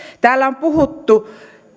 täällä on puhuttu